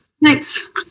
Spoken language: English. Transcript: Nice